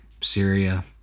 syria